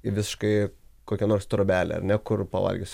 į visiškai kokią nors trobelę ar ne kur pavalgysiu